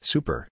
Super